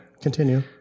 Continue